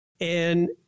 And-